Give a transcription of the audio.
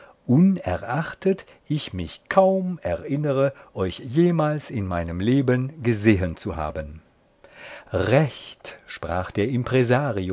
unerachtet ich mich kaum erinnere euch jemals in meinem leben gesehen zu haben recht sprach der